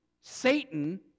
Satan